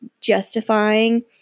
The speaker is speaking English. justifying